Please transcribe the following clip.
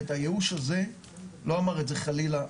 ואת הייאוש הזה - לא אמר את זה חלילה,